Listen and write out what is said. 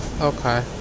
okay